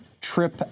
trip